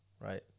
Right